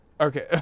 Okay